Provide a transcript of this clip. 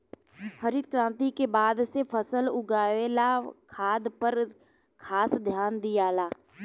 हरित क्रांति के बाद से फसल उगावे ला खाद पर खास ध्यान दियाला